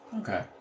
Okay